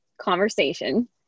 conversation